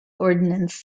ordnance